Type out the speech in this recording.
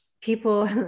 People